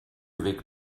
weg